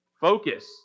focus